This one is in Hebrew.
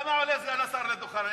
סליחה, למה עולה סגן השר לדוכן?